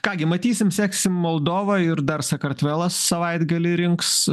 ką gi matysim seksim moldovą ir dar sakartvelas savaitgalį rinks